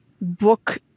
book